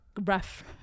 rough